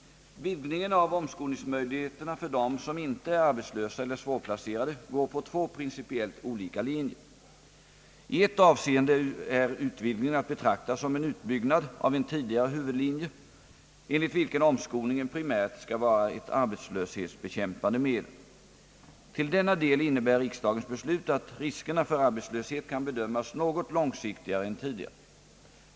Vidgningen av omskolningsmöjligheterna för dem som inte är arbetslösa eller svåplacerade går på två principiellt olika linjer. I ett avseende är utvidgningen att betrakta som en utbyggnad av en tidigare huvudlinje, enligt vilken omskolningen primärt skall vara ett arbetslöshetsbekämpande medel. Till denna del innebär riksdagens beslut att riskerna för arbetslöshet kan bedömas något långsiktigare än tidigare.